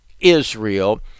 Israel